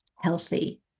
healthy